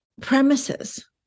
premises